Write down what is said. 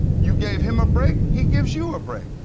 you gave him a break, he gives you a break.